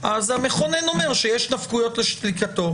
המכונן אומר שיש נפקויות לשתיקתו.